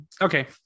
Okay